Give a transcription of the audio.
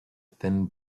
thin